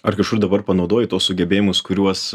ar kažkur dabar panaudoti tuos sugebėjimus kuriuos